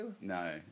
No